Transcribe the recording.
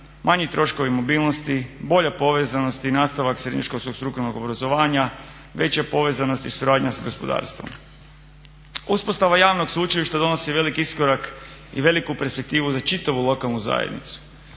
manji troškovi mobilnosti, bolja povezanost i nastavak srednjoškolskog stukovnog obrazovanja, veća povezanost i suradnja s gospodarstvom. Uspostava javnog sveučilišta donosi veliki iskorak i veliku perspektivu za čitavu lokalnu zajednicu.